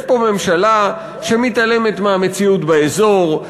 יש פה ממשלה שמתעלמת מהמציאות באזור,